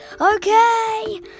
Okay